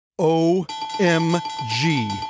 O-M-G